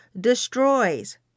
destroys